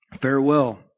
farewell